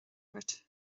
agat